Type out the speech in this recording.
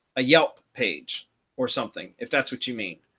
a yelp page or something, if that's what you mean,